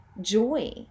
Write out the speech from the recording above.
joy